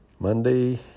Monday